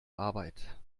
arbeit